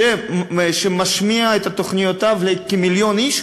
שמשמיע את תוכניותיו לכמיליון איש?